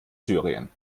syrien